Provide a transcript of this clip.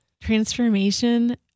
transformation